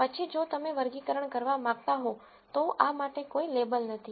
પછી જો તમે વર્ગીકરણ કરવા માંગતા હો તો આ માટે કોઈ લેબલ નથી